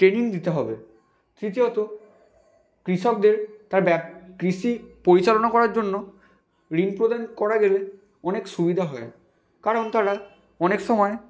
training দিতে হবে তৃতীয়ত কৃষকদের তার ব্যাপ কৃষি পরিচালনা করার জন্য ঋণ প্রদান করা গেলে অনেক সুবিদা হয় কারণ তারা অনেক সময়